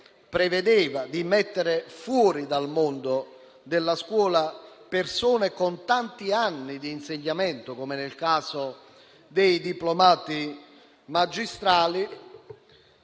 prevedeva di mettere fuori dal mondo della scuola persone con tanti anni di insegnamento, come nel caso dei diplomati magistrali,